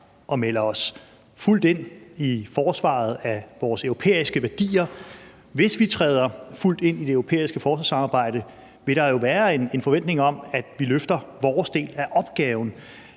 og melder os fuldt ind i forsvaret af vores europæiske værdier. Hvis vi træder fuldt ind i det europæiske forsvarssamarbejde, vil der jo være en forventning om, at vi løfter vores del af opgaven,